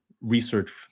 research